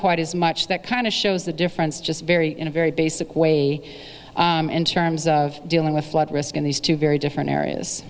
quite as much that kind of shows the difference just very in a very basic way in terms of dealing with flood risk in these two very different areas